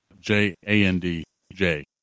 J-A-N-D-J